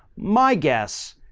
my guess,